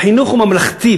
החינוך הממלכתי,